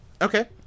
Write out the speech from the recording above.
Okay